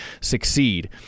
succeed